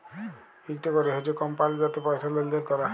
ইকট ক্যরে হছে কমপালি যাতে পয়সা লেলদেল ক্যরে